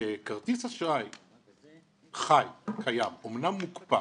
שכרטיס אשראי חי, קיים, אומנם מוקפא,